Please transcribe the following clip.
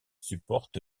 supporte